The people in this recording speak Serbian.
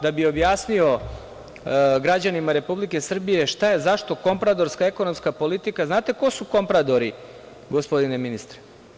Da bih objasnio građanima Republike Srbije zašto kompradorska ekonomska politika, znate ko su kompradori, gospodine ministre?